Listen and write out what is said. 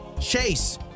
Chase